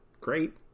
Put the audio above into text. great